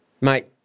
mate